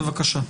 בבקשה.